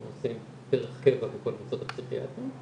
עושים דרך קבע בכל המוסדות הפסיכיאטריים.